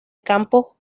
campo